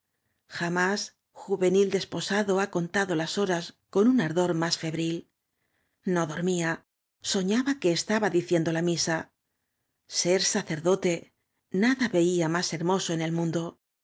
juvenil desposado ha coatado las horas cod un ardor más febril no dormía sonaba que estaba diciendo la misa ser sacerdote nada veía más hermoso en el mundo